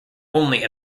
only